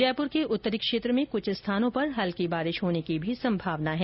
जयपुर के उत्तरी क्षेत्र में कुछ स्थानों पर हल्की बारिश होने की भी संभावना है